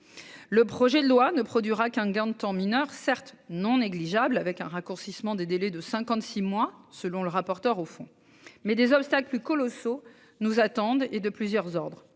Le projet de loi ne produira qu'un gain de temps mineur, certes non négligeable : un raccourcissement des délais de cinquante-six mois, selon le rapporteur au fond. Des obstacles plus importants nous attendent, qui sont de plusieurs ordres